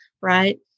Right